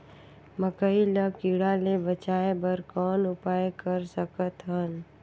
मकई ल कीड़ा ले बचाय बर कौन उपाय कर सकत हन?